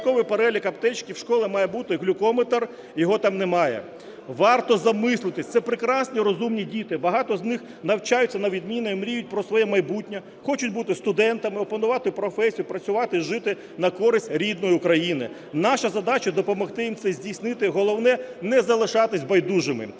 переліку аптечки в школах має бути глюкометр, його там немає. Варто замислитися. Це прекрасні розумні діти, багато з них навчаються на відмінно і мріють про своє майбутнє, хочуть бути студентами, опанувати професію, працювати і жити на користь рідної України. Наша задача – допомогти їм це здійснити, головне, не залишатися байдужими.